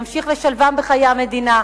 נמשיך לשלבם בחיי המדינה,